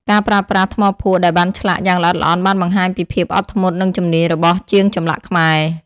ការប្រើប្រាស់ថ្មភក់ដែលបានឆ្លាក់យ៉ាងល្អិតល្អន់បានបង្ហាញពីភាពអត់ធ្មត់និងជំនាញរបស់ជាងចម្លាក់ខ្មែរ។